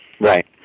Right